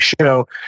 show